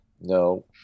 No